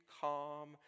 calm